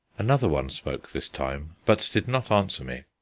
another one spoke this time, but did not answer me.